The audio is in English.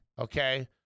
Okay